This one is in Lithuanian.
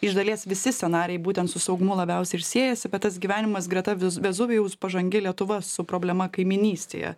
iš dalies visi scenarijai būtent su saugumu labiausiai ir siejasi bet tas gyvenimas greta vez vezuvijaus pažangi lietuva su problema kaimynystėje